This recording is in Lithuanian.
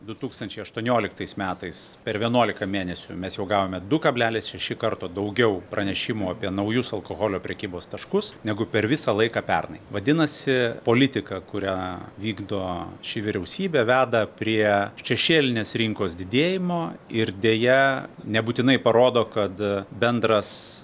du tūkstančiai aštuonioliktais metais per vienuolika mėnesių mes jau gavome du kablelis šeši karto daugiau pranešimų apie naujus alkoholio prekybos taškus negu per visą laiką pernai vadinasi politika kurią vykdo ši vyriausybė veda prie šešėlinės rinkos didėjimo ir deja nebūtinai parodo kad bendras